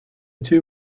two